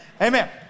Amen